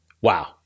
Wow